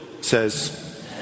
says